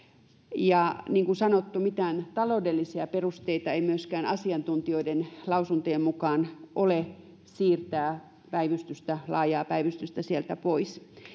ja niin kuin sanottu mitään taloudellisia perusteita ei myöskään asiantuntijoiden lausuntojen mukaan ole siirtää laajaa päivystystä sieltä pois